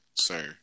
sir